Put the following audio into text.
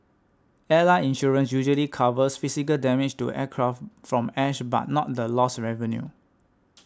airline insurance usually covers physical damage to aircraft from ash but not the lost revenue